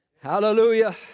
Hallelujah